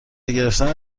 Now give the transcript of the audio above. گرفتن